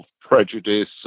prejudice